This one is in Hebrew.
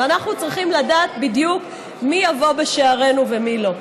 ואנחנו צריכים לדעת בדיוק מי יבוא בשערינו ומי לא.